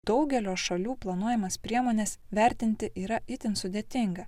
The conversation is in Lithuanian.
daugelio šalių planuojamas priemones vertinti yra itin sudėtinga